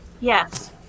Yes